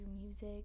music